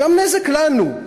גם נזק לנו,